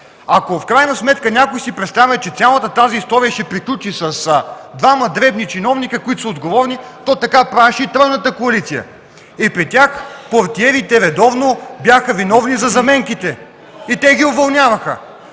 Ако в крайна сметка някой си представя, че цялата тази история ще приключи с двама дребни чиновници, които са отговорни, то така правеше и тройната коалиция! И при тях портиерите редовно бяха виновни за заменките, и те ги уволняваха!